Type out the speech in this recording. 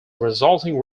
resulting